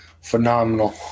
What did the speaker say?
phenomenal